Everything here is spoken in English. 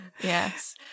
Yes